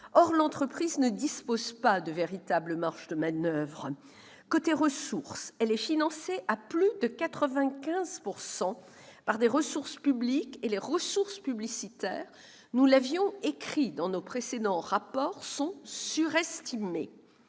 Or l'entreprise ne dispose pas de véritables marges de manoeuvre. Côté ressources, elle est financée à plus de 95 % par des ressources publiques, et les ressources publicitaires, nous l'avions écrit dans nos précédents rapports, sont surestimées.